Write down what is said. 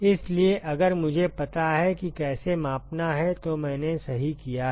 इसलिए अगर मुझे पता है कि कैसे मापना है तो मैंने सही किया है